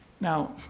Now